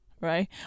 right